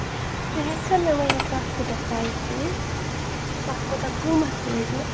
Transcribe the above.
ژٕ ہیٚککھہٕ مےٚ ؤنِتھ تَتھ کوتاہ پَرایس روزِ تَتھ کوتاہ قٕمَت روزِ مےٚ